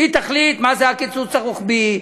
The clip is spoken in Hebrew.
היא תחליט מהו הקיצוץ הרוחבי,